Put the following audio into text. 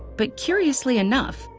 but curiously enough,